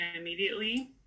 immediately